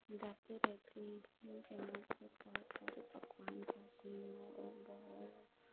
جاتے رہتے ہیں جہاں پر بہت سارے پکوان کھاتے ہیں اور بہت